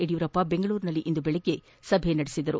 ಯಡಿಯೂರಪ್ಪ ಬೆಂಗಳೂರಿನಲ್ಲಿಂದು ಸಭೆ ನಡೆಸಿದರು